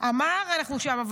הוא אמר: אנחנו שם.